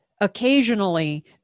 occasionally